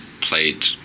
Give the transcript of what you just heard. played